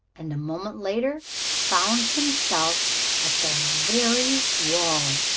and a moment later found himself at the very wall.